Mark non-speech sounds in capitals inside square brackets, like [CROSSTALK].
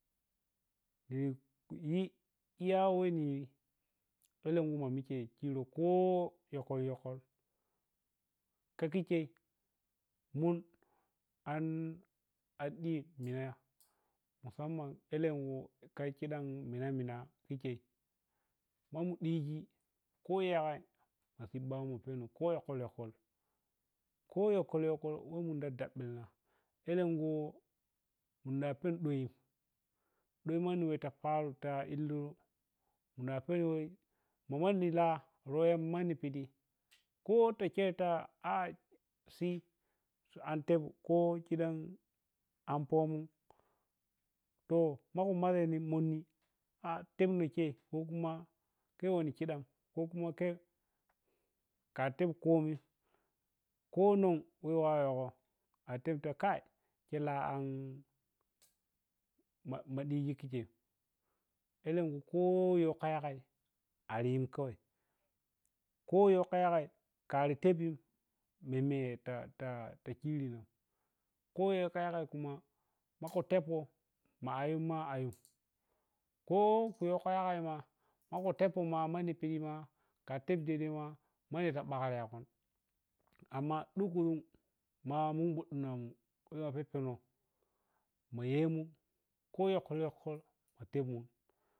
[UNINTELLIGIBLE] Yi iya weniyi alenkhu ma mikhei kho yokhu yokhol kha khikhei mun an an ɗir minai ya musamman alenkhu kha khidan munah munah khi khei ma mu diji kho yagai ma siɓɓamu pheno kho yokhol yokhol, kho yokhol yokhol weh munda dabilina alenkha munda phep ɗoi, ɗoi manni weh ta paroh ta illiruh muna penoh weh mu manni lah roya manni piɗi kho ta kheta a a si an te ko khidan an pomon to maku maʒemum munni [HESITATION] tenko khei kho khuma khe wanni khidan kho khuma khei kha tep khomi kho non [UNINTELLIGIBLE] khe lah an ma ma diji khi khem alenkhu kho yoh kha yagai ariyim kawai, kho yoh kha yagai khari teping, me me tat ta ta khurina kho yoh kha. Yagai khuma makhu teppo ma ayum ma ayun kho yoh kha yagai kuma makhu teppoh ma manni piɗi ma kha tep dai dai ma, makhu ɓakre yakhun amma dukku ma mungude namun weh phe phenan ma yemun kho yokhol kha tepmun.